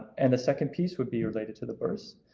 and the second piece would be related to the births.